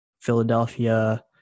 Philadelphia